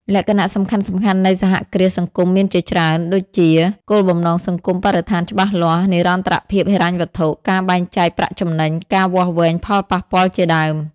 លក្ខណៈសំខាន់ៗនៃសហគ្រាសសង្គមមានជាច្រើនដូចជា គោលបំណងសង្គមបរិស្ថានច្បាស់លាស់ និរន្តរភាពហិរញ្ញវត្ថុ ការបែងចែកប្រាក់ចំណេញ ការវាស់វែងផលប៉ះពាល់ជាដើម ។